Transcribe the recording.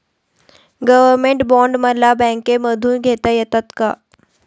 Government bond मला बँकेमधून घेता येतात का?